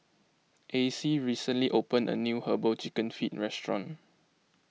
Acy recently opened a new Herbal Chicken Feet Restaurant